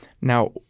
Now